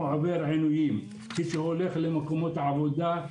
עובר עינויים כשהולך למקומות עבודה.